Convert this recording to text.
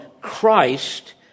Christ